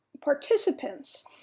participants